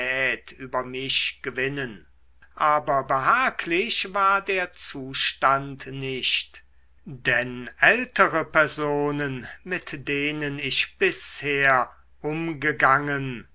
über mich gewinnen aber behaglich war der zustand nicht denn ältere personen mit denen ich bis herumgegangen